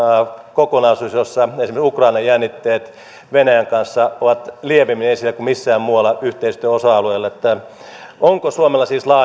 kokonaisuudessa jossa esimerkiksi ukrainan jännitteet venäjän kanssa ovat lievemmin esillä kuin missään muualla yhteistyön osa alueilla onko suomella siis